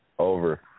Over